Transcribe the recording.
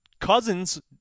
Cousins